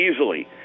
easily